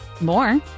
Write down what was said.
more